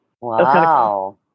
Wow